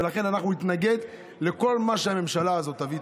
ולכן אנחנו נתנגד לכל מה שהממשלה הזאת תביא.